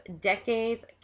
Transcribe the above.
decades